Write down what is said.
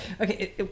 Okay